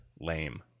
lame